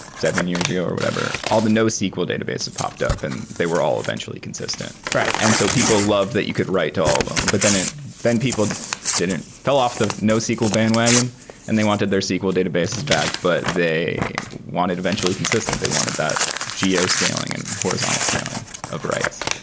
seven years ago or whatever, all the nosql database had popped up and they were all eventually consistent. and so people love that you could write all of them, but then ah then people didn't fell off the nosql bandwagon and they wanted their sql databases back, but they wanted eventually consistent. they wanted that geo-scaling and horizontal scaling of writes.